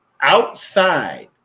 outside